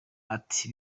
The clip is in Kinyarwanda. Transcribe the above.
ati